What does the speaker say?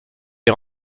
est